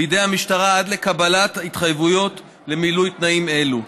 בידי המשטרה עד לקבלת התחייבות למילוי תנאים אלו.